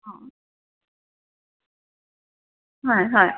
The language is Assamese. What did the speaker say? অঁ হয় হয়